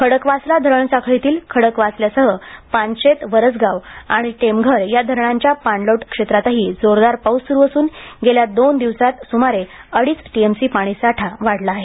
खडकवासला धरण साखळीतील खडकवासला सह पानशेत वरसगाव आणि टेमघर या धरणांच्या पाणलोट क्षेत्रातही जोरदार पाऊस सुरु असून गेल्या दोन दिवसात सुमारे अडीच टीएमसी पाणी साठा वाढला आहे